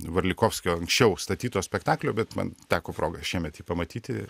varlikovskio anksčiau statyto spektaklio bet man teko proga šiemet jį pamatyti